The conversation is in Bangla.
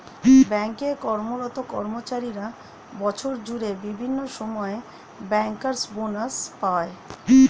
ব্যাঙ্ক এ কর্মরত কর্মচারীরা বছর জুড়ে বিভিন্ন সময়ে ব্যাংকার্স বনাস পায়